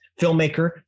filmmaker